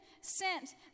sent